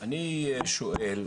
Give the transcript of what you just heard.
אני שואל,